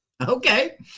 Okay